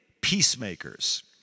peacemakers